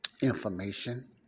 information